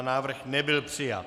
Návrh nebyl přijat.